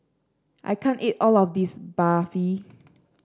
I can't eat all of this Barfi